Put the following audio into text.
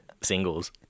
Singles